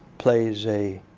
plays a